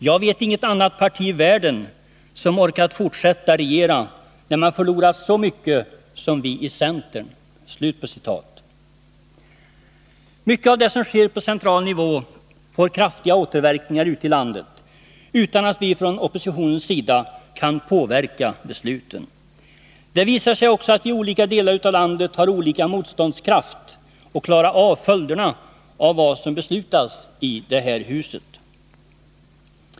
Jag vet inget annat parti i världen som orkat fortsätta regera när man förlorat så mycket som vi i centern. Mycket av det som sker på central nivå får kraftiga återverkningar ute i landet utan att vi från oppositionens sida kan påverka besluten. Det visar sig också att vi i olika delar av landet har olika motståndskraft att klara av följderna av vad som beslutas i det här huset.